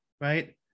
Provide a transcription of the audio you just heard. right